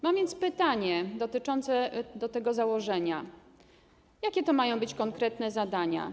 Mam więc pytania dotyczące tego założenia: Jakie to mają być konkretne zadania?